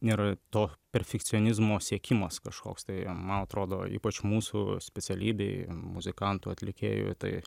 ir to perfekcionizmo siekimas kažkoks tai man atrodo ypač mūsų specialybėj muzikantų atlikėjų tai